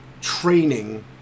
training